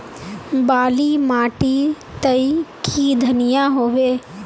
बाली माटी तई की धनिया होबे?